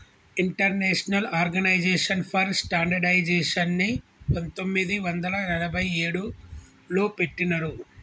international organisation for స్టాండర్డయిజేషన్ని పంతొమ్మిది వందల నలభై ఏడులో పెట్టినరు